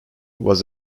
was